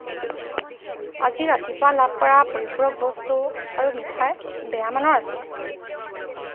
আজি ৰাতিপুৱা লাভ কৰা পৰিপূৰক বস্তু আৰু মিঠাই বেয়া মানৰ আছিল